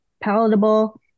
palatable